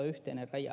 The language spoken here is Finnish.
sitten ed